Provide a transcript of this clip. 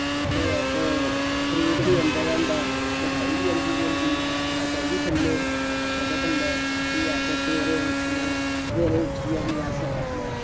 फिर असें फ्रूट बी आंदे दा होंदा मठेयाई बी आंदी दी होंदी अस ओह् बी खन्ने ओह्दे कन्नै फ्ही अस सवेरै उट्ठने सवेरै उट्ठियै फ्ही अस अपने